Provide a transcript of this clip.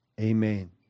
amen